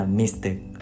mistake